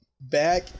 Back